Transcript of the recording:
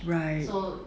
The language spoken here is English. right